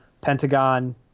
Pentagon